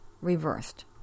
reversed